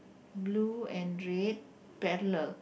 blue and red paddler